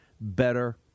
better